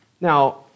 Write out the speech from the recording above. Now